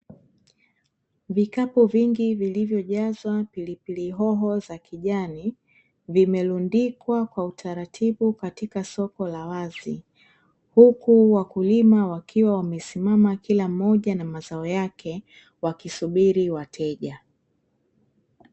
Vikapu vingi vilivyojazwa pilipili hoho za kijani vimelundikwa kwa utaratibu katika soko la wazi huku wakulima wakiwa wamesimama kila mmoja na mazao yake wakisubiri wateja.